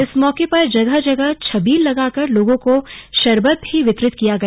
इस मौके पर जगह जगह छबील लगाकर लोगों को शरबत भी वितरित किया गया